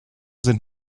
sind